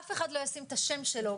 אף אחד לא ישים את השם שלו,